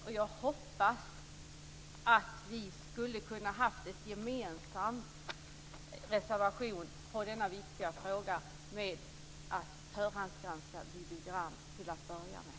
Jag hade hoppats att vi skulle kunna ha en gemensam reservation i denna viktiga fråga om att förhandsgranska videogram.